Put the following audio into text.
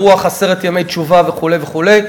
ברוח עשרת ימי תשובה וכו' וכו',